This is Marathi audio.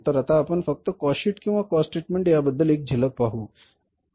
तर आपण आता फक्त कॉस्ट शीट किंवा कॉस्ट स्टेटमेंट याबद्दल एक झलक पाहू या